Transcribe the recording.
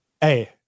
Hey